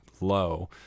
low